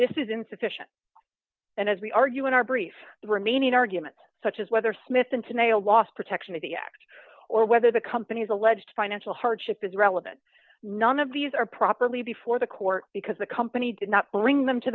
this is insufficient and as we argue in our brief remaining argument such as whether smith and today or last protection of the act or whether the company's alleged financial hardship is relevant none of these are properly before the court because the company did not bring them to